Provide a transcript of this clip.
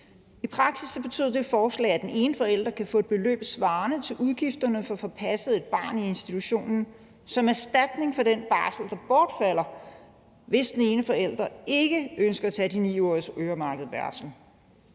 I praksis betød det forslag, at den ene forælder ville kunne få et beløb svarende til udgifterne for at få passet et barn i institution som erstatning for den barsel, der bortfalder, hvis den ene forælder ikke ønsker at tage de 9 ugers øremærkede barsel.